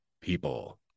people